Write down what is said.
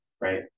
right